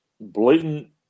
blatant